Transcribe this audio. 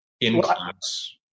in-class